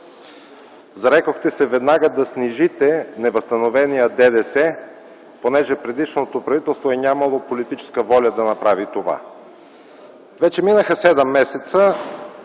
Зарекохте се веднага да снижите невъзстановения ДДС, понеже предишното правителство е нямало политическа воля да направи това. Вече минаха седем месеца,